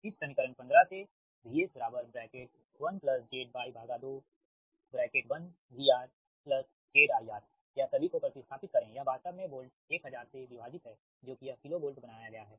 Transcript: फिर समीकरण 15 से समीकरण 15 से VS 1ZY2VRZ IR यह सभी को प्रतिस्थपित करे यह वास्तव में वोल्ट 1000 से विभाजित है जो कि यह किलो वोल्ट बनाया गया है